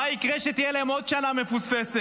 מה יקרה כשתהיה להם עוד שנה מפוספסת,